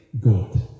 God